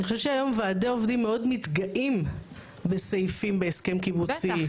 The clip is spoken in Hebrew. אני חושבת שהיום ועדי עובדים מאוד מתגאים בסעיפים בהסכם קיבוצי.